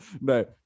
No